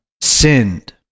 sinned